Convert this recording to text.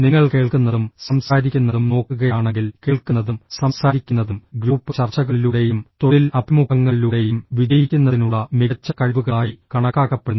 നിങ്ങൾ കേൾക്കുന്നതും സംസാരിക്കുന്നതും നോക്കുകയാണെങ്കിൽ കേൾക്കുന്നതും സംസാരിക്കുന്നതും ഗ്രൂപ്പ് ചർച്ചകളിലൂടെയും തൊഴിൽ അഭിമുഖങ്ങളിലൂടെയും വിജയിക്കുന്നതിനുള്ള മികച്ച കഴിവുകളായി കണക്കാക്കപ്പെടുന്നു